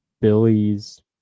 Billy's